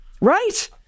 Right